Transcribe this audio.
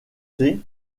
était